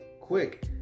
quick